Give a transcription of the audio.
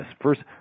First